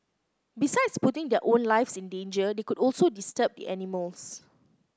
besides putting their own lives in danger they could also disturb the animals